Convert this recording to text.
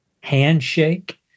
handshake